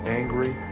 angry